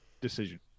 decision